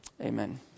Amen